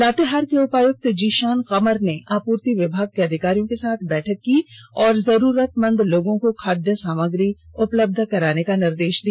लातेहार के उपायुक्त जीषान कमर ने आपूर्ति विभाग के अधिकारियों के साथ बैठक की और जरूरतमंद लोगों को खाद्य सामग्री उपलब्ध कराने का निर्देष दिया